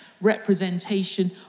representation